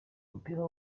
umupira